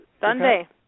Sunday